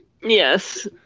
Yes